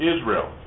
Israel